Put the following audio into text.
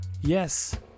Yes